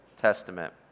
Testament